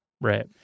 right